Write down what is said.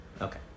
Okay